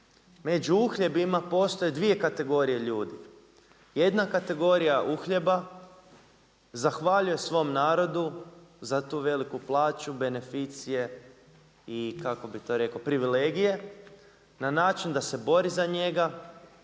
među uhljebima postoje 2 kategorije ljudi. Jedna kategorija uhljeba zahvaljuje svom narodu za tu veliku plaću, beneficije i privilegije na način da se bori za njega,